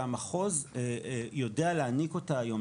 המחוז יודע להעניק אותה היום.